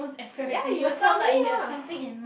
ya you must tell me ah